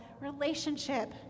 relationship